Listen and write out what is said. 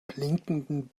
blinkenden